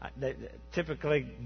Typically